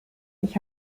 ich